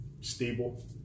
stable